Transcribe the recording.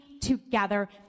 together